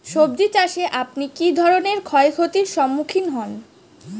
সবজী চাষে আপনি কী ধরনের ক্ষয়ক্ষতির সম্মুক্ষীণ হন?